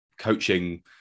coaching